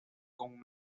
con